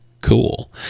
cool